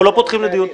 אנחנו לא פותחים לדיון.